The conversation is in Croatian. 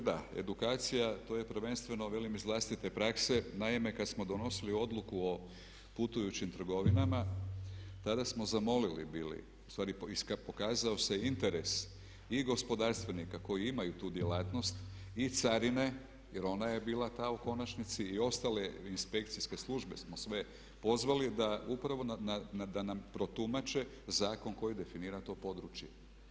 Kolega Šuker, da edukacija to je prvenstveno velim iz vlastite prakse, naime kad smo do nosili odluku o putujućim trgovinama tada smo zamolili bili, ustvari pokazao se interes i gospodarstvenika koji imaju tu djelatnost i carine jer ona je bila ta u konačnici i ostale inspekcijske službe smo sve pozvali da upravo da nam protumače zakon koji definira to područje.